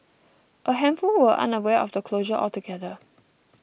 a handful were unaware of the closure altogether